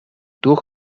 durch